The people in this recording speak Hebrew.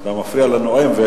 אתה מפריע לנואם.